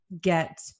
get